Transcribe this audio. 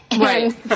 Right